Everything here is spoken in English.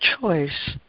choice